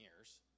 years